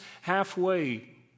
halfway